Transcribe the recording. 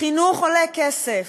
חינוך עולה כסף,